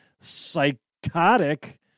psychotic